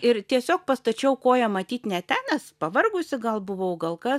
ir tiesiog pastačiau koją matyt ne ten nes pavargusi gal buvau gal kas